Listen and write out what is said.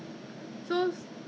oh !wah! quite good you know